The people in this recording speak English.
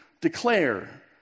declare